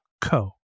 co